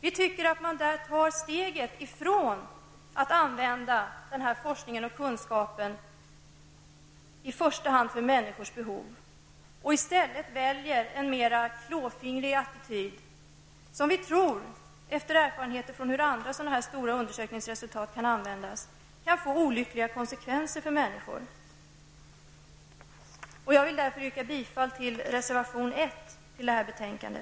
Vi tycker att man där tar steget ifrån att använda den här forskningen och kunskapen i första hand för människors behov och i stället väljer en mera klåfingrig attityd som vi tror -- mot bakgrund av erfarenheter från hur andra sådana här stora forskningsresultat kan användas -- kan få olyckliga konsekvenser för människor. Jag vill därför yrka bifall till reservation nr 1 i detta betänkande.